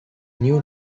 new